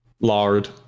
Lard